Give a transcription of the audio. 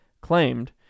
claimed